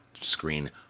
screen